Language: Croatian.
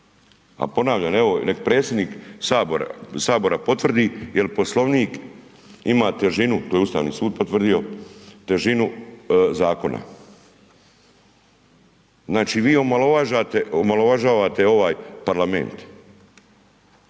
A ponavljam, evo nek predsjednik Sabora potvrdi jel Poslovnik ima težinu, to je Ustavni sud potvrdio, težinu zakona. Znači vi omalovažavate ovaj Parlament,